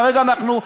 בגלל שכרגע,